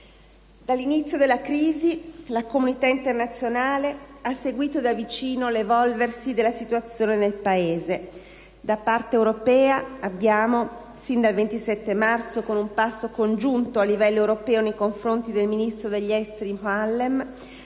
Dall'inizio della crisi, la comunità internazionale ha seguito da vicino l'evolversi della situazione nel Paese. Da parte europea, abbiamo cercato (sin dal 27 marzo con un passo congiunto a livello europeo nei confronti del ministro degli esteri Moallem)